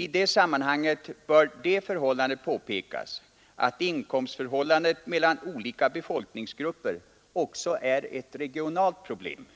I det sammanhanget bör också påpekas att inkomstförhållandet mellan olika befolkningsgrupper är ett regionalt problem.